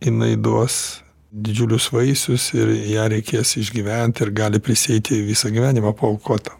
jinai duos didžiulius vaisius ir ją reikės išgyvent ir gali prisieiti visą gyvenimą paaukot tam